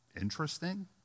interesting